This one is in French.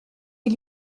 ils